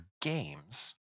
games